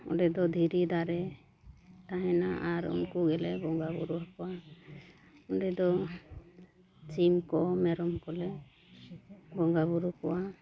ᱚᱸᱰᱮ ᱫᱚ ᱫᱷᱤᱨᱤ ᱫᱟᱨᱮ ᱛᱟᱦᱮᱱᱟ ᱟᱨ ᱩᱱᱠᱩ ᱜᱮᱞᱮ ᱵᱚᱸᱜᱟᱼᱵᱩᱨᱩ ᱟᱠᱚᱣᱟ ᱚᱸᱰᱮ ᱫᱚ ᱥᱤᱢ ᱠᱚ ᱢᱮᱨᱚᱢ ᱠᱚᱞᱮ ᱵᱚᱸᱜᱟᱼᱵᱩᱨᱩ ᱠᱚᱣᱟ